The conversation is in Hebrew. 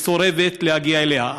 מסורבת להגיע אליה.